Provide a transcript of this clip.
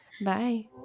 Bye